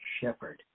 shepherd